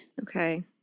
Okay